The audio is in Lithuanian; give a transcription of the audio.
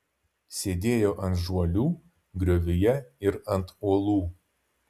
sėdėjo ant žuolių griovyje ir ant uolų